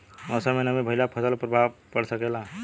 मौसम में नमी भइला पर फसल पर प्रभाव पड़ सकेला का?